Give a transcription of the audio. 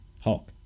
Hulk